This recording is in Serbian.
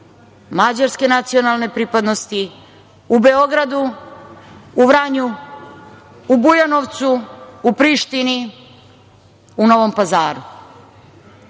mađarske nacionalne pripadnosti, u Beogradu, u Vranju, u Bujanovcu, u Prištini, u Novom Pazaru.